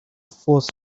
forced